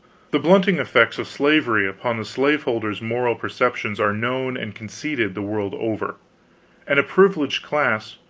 the blunting effects of slavery upon the slaveholder's moral perceptions are known and conceded, the world over and a privileged class,